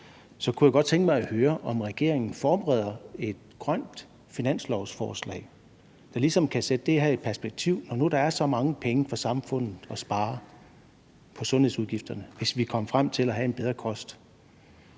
så lykkedes i et vist omfang – om regeringen forbereder et grønt finanslovsforslag, der ligesom kan sætte det her i perspektiv, når nu der er så mange penge for samfundet at spare på sundhedsudgifterne, hvis vi kommer frem til at have en bedre kost.